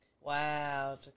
Wow